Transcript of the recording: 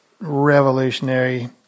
revolutionary